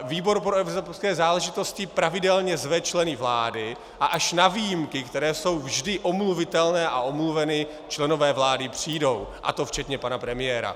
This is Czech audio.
Výbor pro evropské záležitosti pravidelně zve členy vlády a až na výjimky, které jsou vždy omluvitelné a omluveny, členové vlády přijdou, a to včetně pana premiéra.